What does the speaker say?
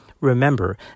Remember